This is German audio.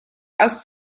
aus